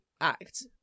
act